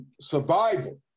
Survival